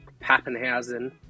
Pappenhausen